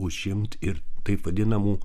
užimt ir taip vadinamų